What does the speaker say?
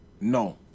No